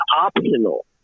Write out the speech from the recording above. optional